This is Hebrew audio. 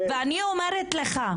אני אומרת לך: